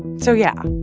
so yeah,